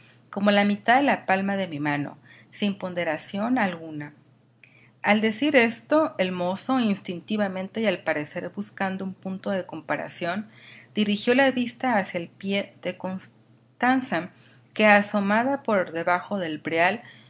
como la mitad de la palma de mi mano sin ponderación alguna al decir esto el mozo instintivamente y al parecer buscando un punto de comparación dirigió la vista hacia el pide de constanza que asomaba por debajo del brial